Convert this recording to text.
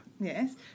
Yes